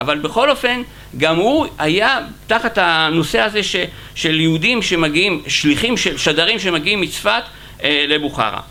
אבל בכל אופן, גם הוא היה תחת הנושא הזה של יהודים שמגיעים, שליחים, של שדרים שמגיעים מצפת לבוכרה.